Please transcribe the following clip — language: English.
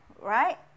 right